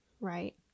right